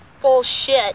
Bullshit